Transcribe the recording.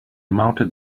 mounted